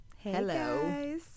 Hello